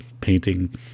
painting